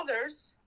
others